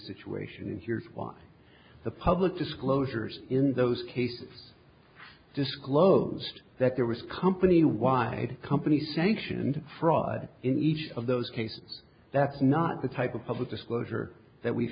situation and here's why the public disclosures in those cases disclosed that there was company wide company sanctioned fraud in each of those cases that's not the type of public disclosure that we've